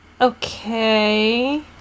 Okay